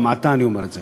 בהמעטה אני אומר את זה.